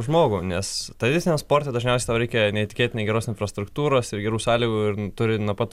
žmogų nes tradiciniam sportui dažniausiai tau reikia neįtikėtinai geros infrastruktūros ir gerų sąlygų ir turi nuo pat